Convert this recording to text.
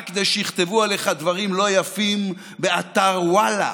כדי שיכתבו עליך דברים לא יפים באתר וואלה.